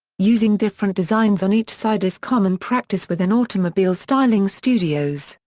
using different designs on each side is common practice within automobile styling studios,